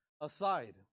aside